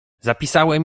zapisałem